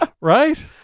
right